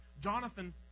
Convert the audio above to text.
Jonathan